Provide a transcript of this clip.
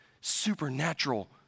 supernatural